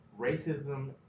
racism